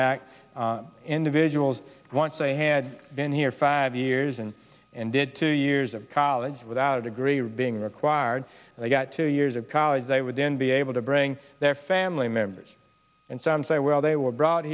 act individuals once they had been here five years and and did two years of college without a degree or being required they got two years of college they would then be able to bring their family members and some say well they were brought